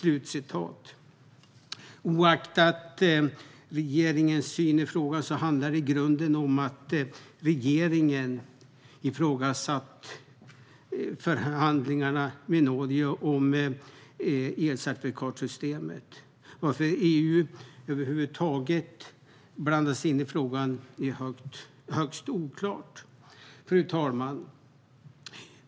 Oavsett regeringens syn i frågan handlar det i grunden om att regeringen ifrågasatt förhandlingarna med Norge om elcertifikatssystemet. Varför EU över huvud taget blandats in i frågan är högst oklart. Fru talman!